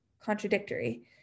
contradictory